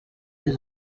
izo